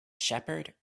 shepherd